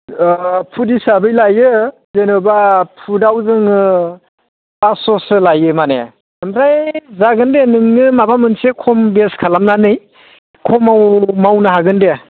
foot हिसाबै लायो जेन'बा फुटयाव जोङो फासस'सो लायो मानि आमफ्राय जागोन दे नोंनो माबा मोनसे खम बेस खालामनानै खमाव मावनो हागोन दे